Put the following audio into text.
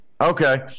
Okay